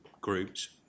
groups